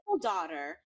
daughter